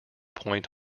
point